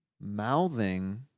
mouthing